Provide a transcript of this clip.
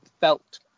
felt